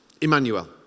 Emmanuel